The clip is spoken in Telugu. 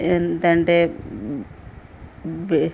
ఎంతంటే బె